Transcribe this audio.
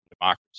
democracy